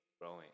growing